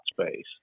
space